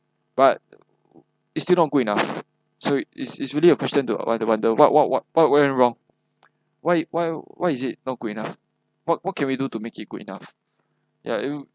but it's still not good enough so it's it's really a question to want to wonder what what what part went wrong why why why is it not good enough what what can we do to make it good enough ya it'll